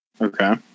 Okay